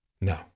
No